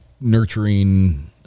nurturing